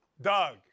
Doug